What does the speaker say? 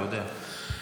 אתה יודע,